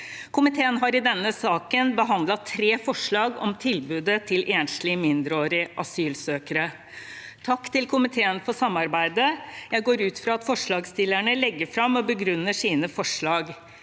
Komiteen har i denne saken behandlet tre forslag om tilbudet til enslige mindreårige asylsøkere. Takk til komiteen for samarbeidet. Jeg går ut fra at forslagsstillerne legger fram og begrunner sine forslag.